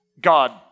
God